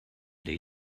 they